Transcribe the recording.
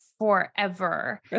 forever